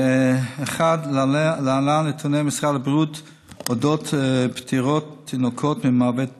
1. להלן נתוני משרד הבריאות על פטירות תינוקות ממוות פתאומי: